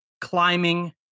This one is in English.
climbing